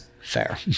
Fair